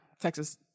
texas